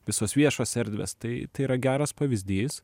visos viešos erdvės tai tai yra geras pavyzdys